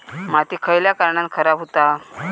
माती खयल्या कारणान खराब हुता?